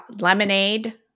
lemonade